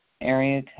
area